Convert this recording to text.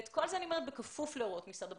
את כל זה אני אומרת בכפוף להוראות משרד הבריאות.